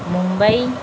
Mumbai